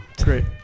Great